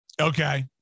Okay